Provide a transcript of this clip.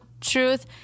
truth